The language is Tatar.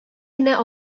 генә